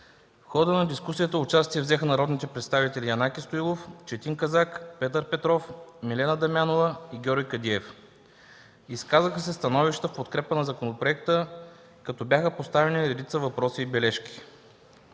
В хода на дискусията участие взеха народните представители Янаки Стоилов, Четин Казак, Петър Петров, Милена Дамянова и Георги Кадиев. Изказаха се становища в подкрепа на законопроекта, като бяха поставени редица въпроси и бележки: